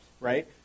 right